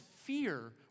Fear